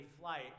flight